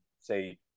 say